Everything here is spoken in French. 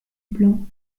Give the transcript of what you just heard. blanc